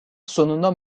sonunda